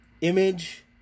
image